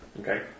Okay